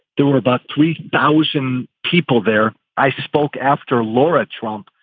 there were about three thousand people there. i spoke after laura trump,